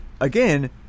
again